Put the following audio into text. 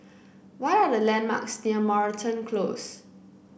what are the landmarks near Moreton Close